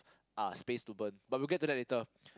uh space to burn but we'll get to that later